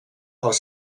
als